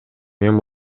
мен